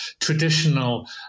traditional